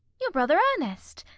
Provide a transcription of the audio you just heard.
your brother ernest.